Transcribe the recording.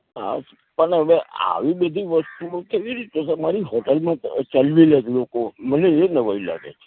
હા પણ હવે આવી બધી વસ્તુઓ કેવી રીતે તમારી હોટલમાં ચલાવી લે છે લોકો મને એ નવાઈ લાગે છે